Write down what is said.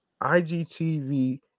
IGTV